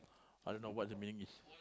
I don't know what the meaning is